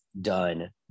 done